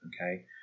okay